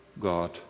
God